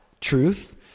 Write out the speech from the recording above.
truth